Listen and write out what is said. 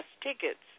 tickets